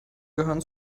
gehören